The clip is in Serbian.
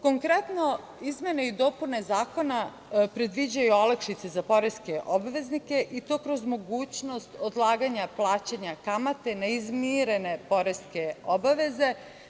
Konkretno, izmene i dopune zakona predviđaju olakšice za poreske obveznike i to kroz mogućnost odlaganja plaćanja kamate neizmirene poreske obaveze.